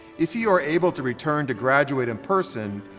if you are able to return to graduate in-person,